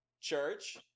church